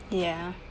ya